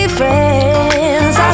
friends